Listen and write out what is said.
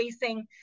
facing